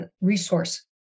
resource